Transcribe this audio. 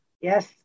Yes